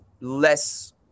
less